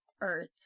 Earth